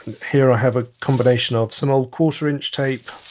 here, i have a combination of some old quarter-inch tape,